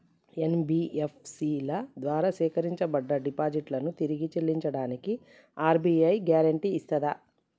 NBFC ల ద్వారా సేకరించబడ్డ డిపాజిట్లను తిరిగి చెల్లించడానికి ఆర్.బి.ఐ గ్యారెంటీ ఇస్తదా?